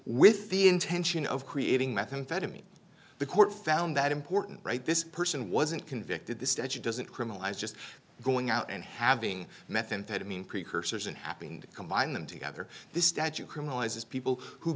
with the intention of creating methamphetamine the court found that important right this person wasn't convicted the statute doesn't criminalize just going out and having methamphetamine precursors and happening combine them together this statute criminalizes people who